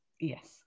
yes